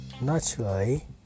naturally